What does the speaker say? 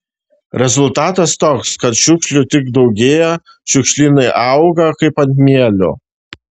rezultatas toks kad šiukšlių tik daugėja šiukšlynai auga kaip ant mielių